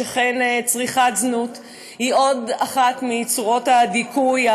שכן צריכת זנות היא עוד אחת מצורות הדיכוי,